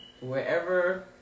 wherever